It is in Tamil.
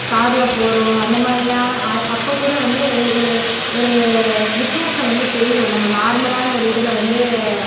காரில் போகிறோம் அந்த மாதிரின்னா அது அப்போக்கூட வந்து ஒரு ஒரு வித்தியாசம் வந்து தெரியும் நம்ம நார்மலான ஒரு இதில் வந்து